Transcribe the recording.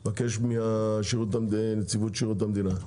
אני מבקש מנציבות שירות המדינה.